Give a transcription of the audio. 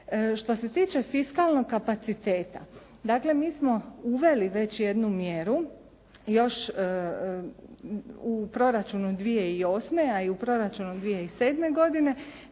Što se tiče fiskalnog kapaciteta, dakle mi smo uveli već jednu mjeru još u proračunu 2008., a i u proračunu